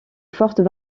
fortes